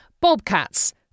Bobcats